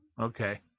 Okay